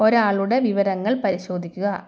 ഒരാളുടെ വിവരങ്ങൾ പരിശോധിക്കുക